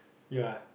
ya